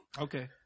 Okay